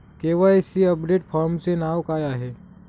KYC update फॉर्मचे नाव काय आहे?